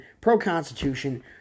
pro-constitution